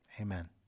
Amen